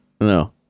No